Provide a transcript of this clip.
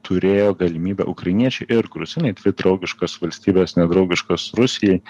turėjo galimybę ukrainiečiai ir gruzinai dvi draugiškos valstybės nedraugiškos rusijai